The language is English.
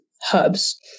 hubs